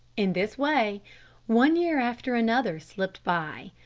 in this way one year after another slipped by.